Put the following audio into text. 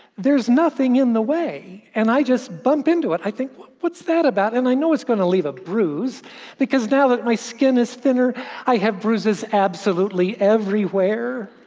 there's nothing in the way, and i just bump into it. i think, what's that about? and i know it's going to leave a bruise because now that my skin is thinner i have bruises absolutely absolutely everywhere.